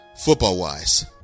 Football-wise